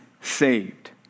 saved